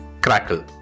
crackle